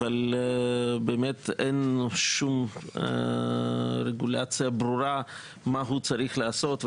אבל אין שום רגולציה ברורה מה הוא צריך לעשות,